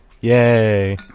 Yay